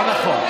לא נכון.